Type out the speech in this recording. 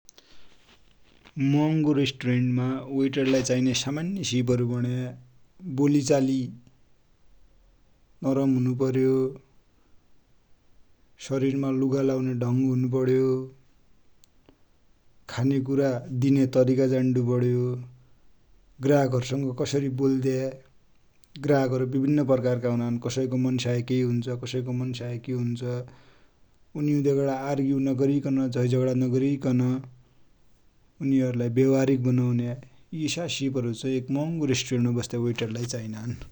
महङो रेस्टुरेन्ट मा वेटर लाइ चाइने सामान्य सिप हरु भन्या बोलि चालि नरम हुनु पर्यो, सरिर मा लुगा लगौने ढङ हुनु पर्यो, खानेकुरा दिने तरिका जान्डू पर्यो, ग्राहकहरु सित कसरि बोल्या -ग्राहक हरु बिभिन्न प्रकार का हुनान । कसै को मन्साय केइ हुन्छ उनि सित आर्गु नगरि बटि झगडा नगरिकन उनिहरु लाइ ब्यवहारिक बनौन्या, यि यस्ता सिप हरु चाइ एक महङो रेस्टुरेन्ट मा बस्ने वेटर लाइ चाइनानु ।